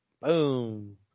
Boom